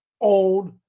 Old